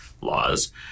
laws